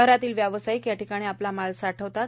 शहरातील व्यावसायिक याठिकाणी आपला माल साठवतात